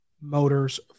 motors